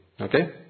Okay